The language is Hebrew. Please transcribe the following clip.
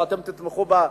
ואתם תתמכו בה.